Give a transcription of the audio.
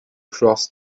crossed